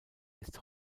ist